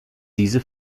diese